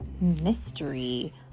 Mystery